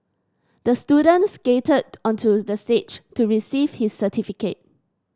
the student skated onto the stage to receive his certificate